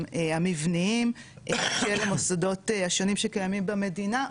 המבניים של המוסדות השונים שקיימים במדינה,